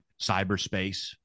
Cyberspace